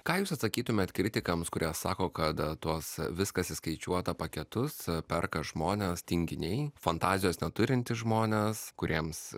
ką jūs atsakytumėt kritikams kurie sako kad tuos viskas įskaičiuota paketus perka žmonės tinginiai fantazijos neturintys žmonės kuriems